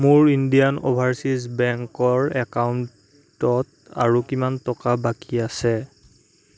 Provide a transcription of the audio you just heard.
মোৰ Indian overseas বেংকৰ একাউণ্টত আৰু কিমান টকা বাকী আছে